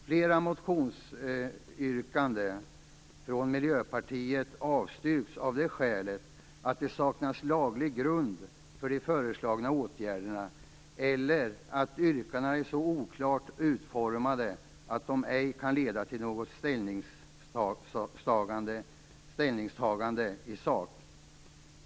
Flera motionsyrkanden från Miljöpartiet avstyrks av det skälet att det saknas laglig grund för de föreslagna åtgärderna eller att yrkandena är så oklart utformade att de ej kan leda till något ställningstagande i sak.